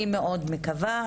אני מאוד מקווה.